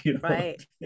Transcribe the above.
right